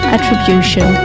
Attribution